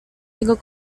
jego